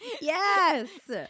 Yes